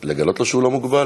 לגלות לו שהוא לא מוגבל?